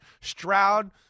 Stroud